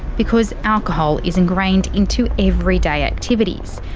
because alcohol is ingrained into everyday activities.